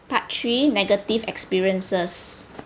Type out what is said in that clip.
part three negative experiences